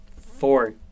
Four